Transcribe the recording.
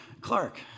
Clark